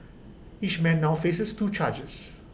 each man now faces two charges